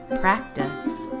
Practice